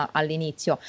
all'inizio